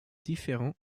différents